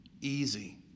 easy